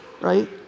Right